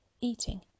eating